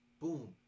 Boom